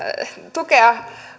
tukea